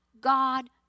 God